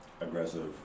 aggressive